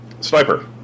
sniper